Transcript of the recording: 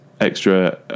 extra